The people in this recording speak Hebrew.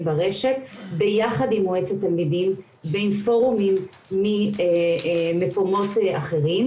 ברשת ביחד עם מועצת תלמידים ועם פורומים ממקומות אחרים,